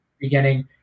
Beginning